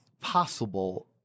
possible